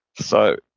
so,